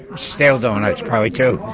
stale donuts probably, too